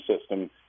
system